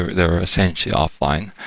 ah they were essentially offline.